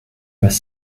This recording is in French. pas